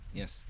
yes